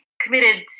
committed